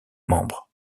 membres